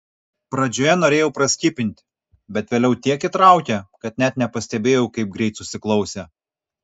pradžioje norėjau praskipinti bet vėliau tiek įtraukė kad net nepastebėjau kaip greit susiklausė